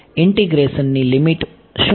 integration ની limit શું હશે